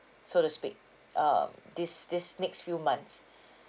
so to speak um these these next few months